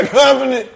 company